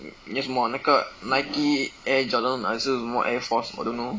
你要什么那个 nike air jordan 还是什么 air force I don't know